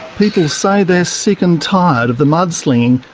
people say they're sick and tired of the mudslinging,